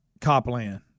Copland